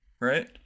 right